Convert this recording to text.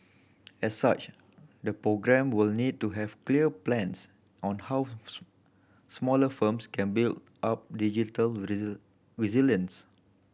as such the programme will need to have clear plans on how smaller firms can build up digital resilience